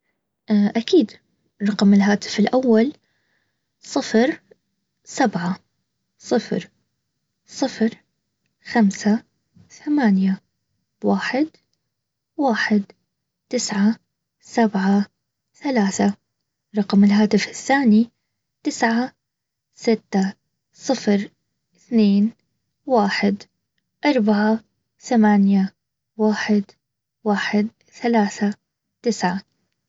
اكيد رقم الهاتف الاول صفر، سبعه ،صفر ،صفر، خمسه، ثمانيه، واحد، واحد ،تسعه، سبعه ،ثلاثه ، رقم الهاتف الثاني تسعه، سته ،صفر، اثنين ،واحد، اربعه ثمانيه، واحد، واحد، ثلاثه ،تسعه